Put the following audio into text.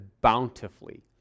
bountifully